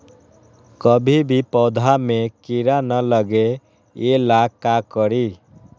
कभी भी पौधा में कीरा न लगे ये ला का करी?